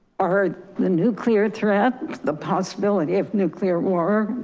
are the nuclear threat, the possibility of nuclear war,